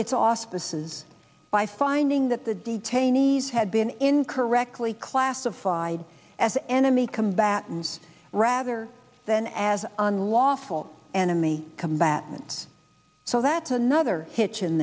its auspices by finding that the detainees had been incorrectly classified as enemy combatants rather than as an unlawful enemy combatant so that's another hitch